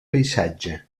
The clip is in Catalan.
paisatge